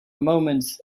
moment